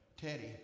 Teddy